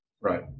Right